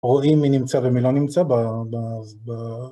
רואים מי נמצא ומי לא נמצא ב...